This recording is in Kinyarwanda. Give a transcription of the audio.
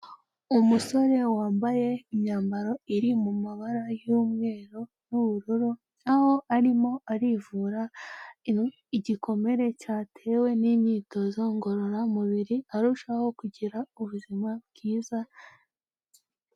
Umusore wambaye imyambaro iri mu mabara y'umweru n'ubururu, aho arimo arivura igikomere cyatewe n'imyitozo ngororamubiri, arushaho kugira ubuzima bwiza.